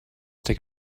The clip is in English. take